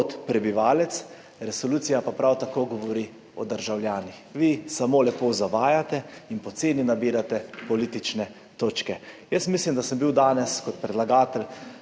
kot prebivalec, resolucija pa prav tako govori o državljanih. Vi samo lepo zavajate in poceni nabirate politične točke. Jaz mislim, da sem bil danes kot predlagatelj